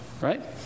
right